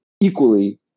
equally